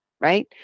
right